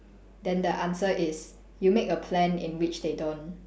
then the answer is you make a plan in which they don't